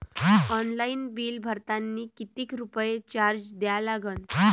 Online bill भरतानी कितीक रुपये चार्ज द्या लागन?